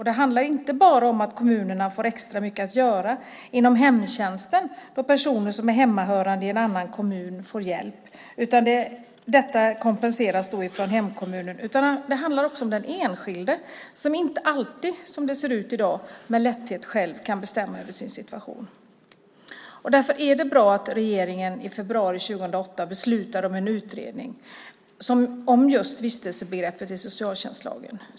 Det handlar inte bara om att kommunerna får extra mycket att göra inom hemtjänsten då personer som är hemmahörande i en annan kommun får hjälp - detta kompenseras då från hemkommunen - utan det handlar också om den enskilde som inte alltid, som det ser ut i dag, med lätthet själv kan bestämma över sin situation. Därför är det bra att regeringen i februari 2008 beslutade om en utredning om just vistelsebegreppet i socialtjänstlagen.